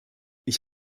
ich